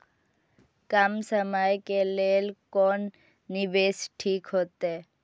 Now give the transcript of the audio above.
कम समय के लेल कोन निवेश ठीक होते?